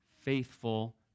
faithful